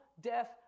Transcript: death